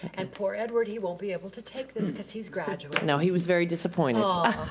and poor edward, he won't be able to take this cause he's graduating. no, he was very disappointed. aw.